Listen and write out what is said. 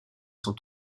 son